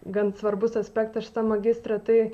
gan svarbus aspektas šitam magistre tai